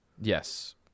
Yes